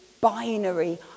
binary